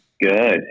Good